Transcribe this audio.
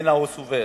שממנה הוא סובל.